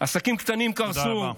עסקים קטנים קרסו,